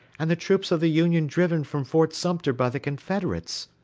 and the troops of the union driven from fort sumter by the confederates.